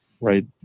right